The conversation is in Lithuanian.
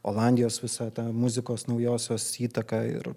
olandijos visą tą muzikos naujosios įtaka ir